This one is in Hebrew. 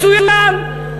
מצוין,